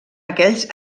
aquells